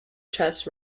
chess